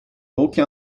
wolkje